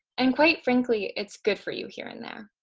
and quite frankly, it's good for you here and there.